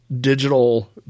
digital